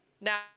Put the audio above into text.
Now